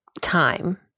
time